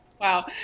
wow